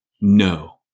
No